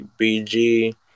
BG